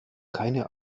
keine